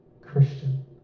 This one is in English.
Christian